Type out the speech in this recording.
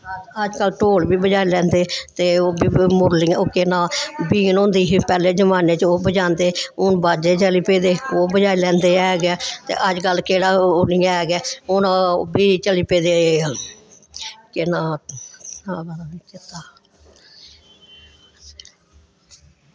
अजकल्ल ढोल बी बजाई लैंदे ते ओह् बी मुरलियां ओह् केह् नांऽ बीन होंदी ही पैह्ले जमान्ने च ओह् बजांदे हून बाज्जे चली पेदे ओह् बजाई लैंदे ऐ गै ते अज्जकल केह्ड़ा ओह् निं ऐ के हून ओह् बी चली पेदे केह् नांऽ नांऽ आवा दा निं चेत्ता